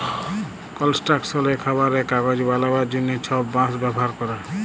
কলস্ট্রাকশলে, খাবারে, কাগজ বালাবার জ্যনহে ছব বাঁশ ব্যাভার ক্যরে